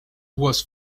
was